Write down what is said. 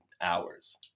hours